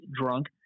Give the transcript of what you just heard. drunk